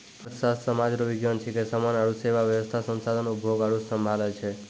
अर्थशास्त्र सामाज रो विज्ञान छिकै समान आरु सेवा वेवस्था संसाधन उपभोग आरु सम्हालै छै